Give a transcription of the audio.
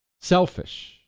Selfish